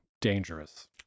dangerous